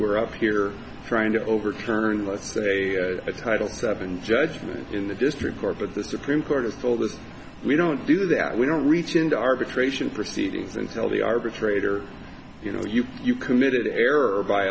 were up here trying to overturn let's say a title seven judgment in the district court of the supreme court has told us we don't do that we don't reach into arbitration proceedings and tell the arbitrator you know you committed an error by